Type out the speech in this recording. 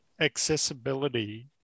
accessibility